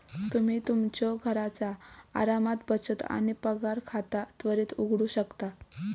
तुम्ही तुमच्यो घरचा आरामात बचत आणि पगार खाता त्वरित उघडू शकता